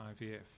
IVF